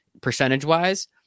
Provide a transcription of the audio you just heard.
percentage-wise